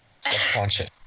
Subconscious